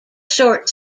short